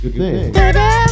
Baby